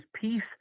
peace